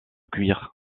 cuir